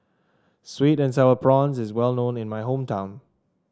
sweet and sour prawns is well known in my hometown